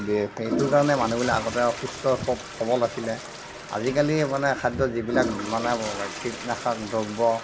সেইটো কাৰণে মানুহবিলাক আগতে সুস্থ খুব সৱল আছিলে আজিকালি মানে খাদ্য যিবিলাক মানে কীটনাশক দ্ৰব্য